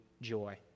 Joy